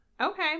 Okay